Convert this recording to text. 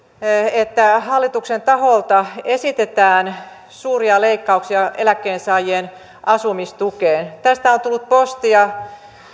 että hallituksen taholta esitetään suuria leikkauksia eläkkeensaajien asumistukeen tästä on tullut postia